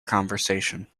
conversation